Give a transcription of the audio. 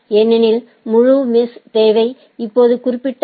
ஏனெனில் முழு மெஷ் தேவை இப்போது குறிப்பிட்ட ஏ